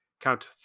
Count